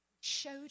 showed